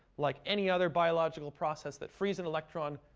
like any other biological process that frees an electron,